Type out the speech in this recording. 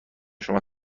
شما